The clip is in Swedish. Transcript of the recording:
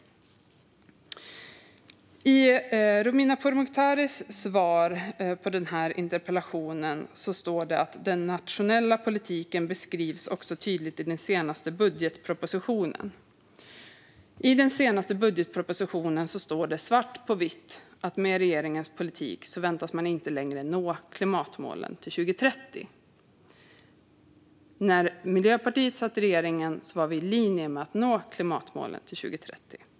I Romina Pourmokhtaris svar på denna interpellation sa hon att den nationella politiken beskrivs tydligt i den senaste budgetpropositionen. I den senaste budgetpropositionen står det svart på vitt att man med regeringens politik inte längre väntas nå klimatmålen till 2030. När Miljöpartiet satt i regeringen var vi i linje med att nå klimatmålen till 2030.